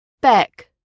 Beck